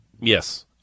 yes